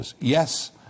Yes